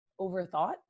overthought